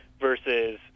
versus